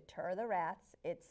deter the rats it's